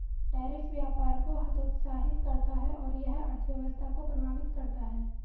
tariff व्यापार को हतोत्साहित करता है और यह अर्थव्यवस्था को प्रभावित करता है